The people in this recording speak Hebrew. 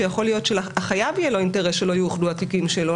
שיכול להיות שלחייב יהיה אינטרס שלא יאוחדו התיקים שלו.